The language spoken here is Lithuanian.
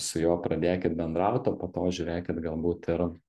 su juo pradėkit bendrauti o po to žiūrėkit galbūt ir